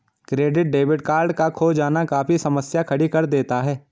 credit debit card का खो जाना काफी समस्या खड़ी कर देता है